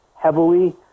heavily